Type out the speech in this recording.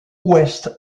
ouest